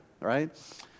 right